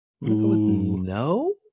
No